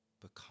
become